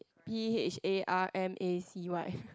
P_H_A_R_M_A_C_Y